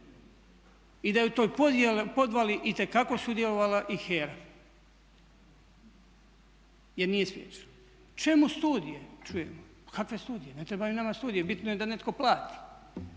i da je u toj podvali itekako sudjelovala i HERA jer nije spriječila. Čemu studije čujemo, pa kakve studije, ne trebaju nama studije, bitno je da netko plati,